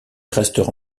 restera